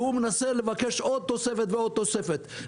ומבקש עוד תוספת ועוד תוספת.